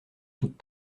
toute